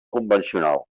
convencional